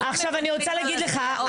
אני רוצה להגיד לך,